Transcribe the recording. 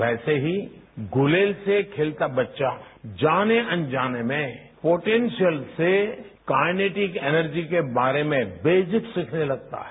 वैसे ही गुलेल से खेलता बच्चा जाने अनजाने में पोटेशियल से कायनेटिक एनर्जी के बारे में बेसिक सीखने लगता है